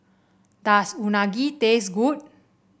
does Unagi taste good